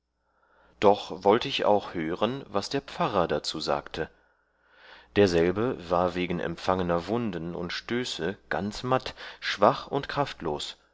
doch wollte ich auch hören was der pfarrer darzu sagte derselbe war wegen empfangener wunden und stöße ganz matt schwach und kraftlos